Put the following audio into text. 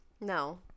No